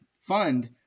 fund